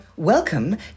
Welcome